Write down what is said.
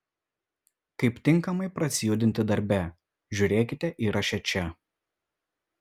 kaip tinkamai prasijudinti darbe žiūrėkite įraše čia